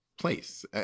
place